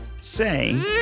say